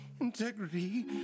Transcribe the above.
integrity